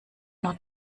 not